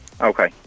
okay